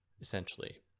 essentially